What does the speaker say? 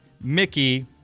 Mickey